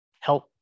help